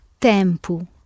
tempo